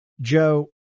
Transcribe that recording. Joe